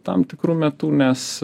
tam tikru metu nes